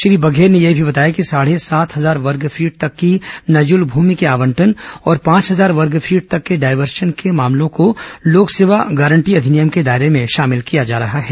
श्री बघेल ने यह भी बताया कि साढ़े सात हजार वर्गफीट तक की नजूल भूमि के आवंटन और पांच हजार वर्गफीट तक के डायवर्सन के मामलों को लोक सेवा गारंटी अधिनियम के दायरे में शामिल किया जा रहा है